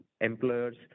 employers